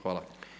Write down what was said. Hvala.